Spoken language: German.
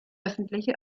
öffentliche